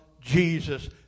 Jesus